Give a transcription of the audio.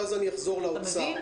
ואז אחזור לאוצר.